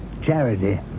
Charity